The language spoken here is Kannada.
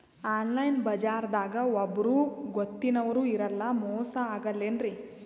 ಆನ್ಲೈನ್ ಬಜಾರದಾಗ ಒಬ್ಬರೂ ಗೊತ್ತಿನವ್ರು ಇರಲ್ಲ, ಮೋಸ ಅಗಲ್ಲೆನ್ರಿ?